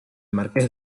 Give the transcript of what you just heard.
marqués